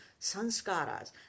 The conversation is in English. sanskaras